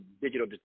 digital